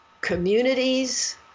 communities